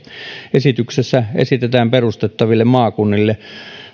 esityksessä esitetään perustettaville maakunnille